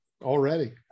already